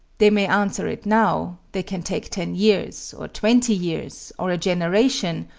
they may answer it now they can take ten years, or twenty years, or a generation,